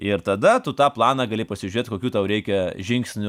ir tada tu tą planą gali pasižiūrėt kokių tau reikia žingsnių